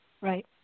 Right